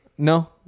No